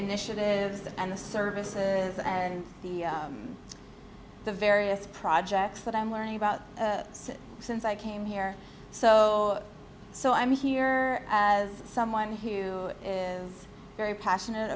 initiatives and the services and the various projects that i'm learning about since i came here so so i'm here as someone who is very passionate